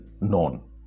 known